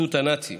ובחסות הנאצים